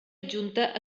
adjunta